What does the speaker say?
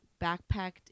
backpacked